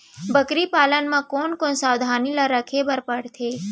बकरी पालन म कोन कोन सावधानी ल रखे बर पढ़थे?